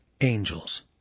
angels